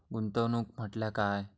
गुंतवणूक म्हटल्या काय?